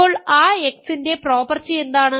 ഇപ്പോൾ ആ x ന്റെ പ്രോപ്പർട്ടി എന്താണ്